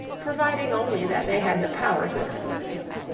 providing only that they had the power to exclude him.